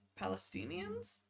Palestinians